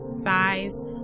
thighs